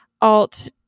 alt